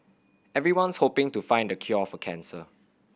everyone's hoping to find the cure for cancer